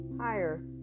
higher